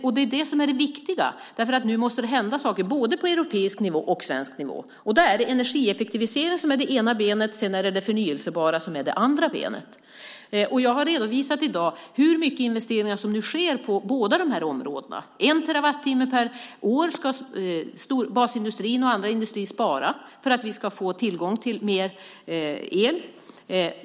Och det är viktigt, för nu måste det hända saker, både på europeisk och på svensk nivå. Energieffektivisering är det ena benet, förnybar energi det andra. Jag har i dag redovisat hur mycket investeringar som sker på båda dessa områden. Basindustrin och andra industrier ska spara en terawatttimme per år för att vi ska få tillgång till mer el.